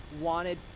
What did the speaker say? wanted